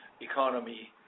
economy